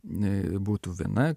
ne būtų viena